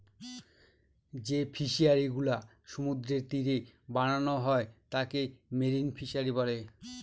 যে ফিশারিগুলা সমুদ্রের তীরে বানানো হয় তাকে মেরিন ফিশারী বলে